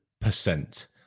percent